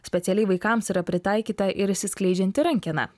specialiai vaikams yra pritaikyta ir išsiskleidžianti rankena